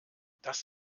das